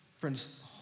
Friends